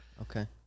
Okay